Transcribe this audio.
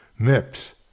MIPS